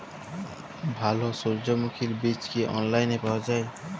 ভালো সূর্যমুখির বীজ কি অনলাইনে পাওয়া যায়?